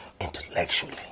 intellectually